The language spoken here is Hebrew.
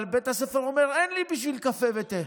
אבל בית הספר אומר: אין לי בשביל קפה ותה.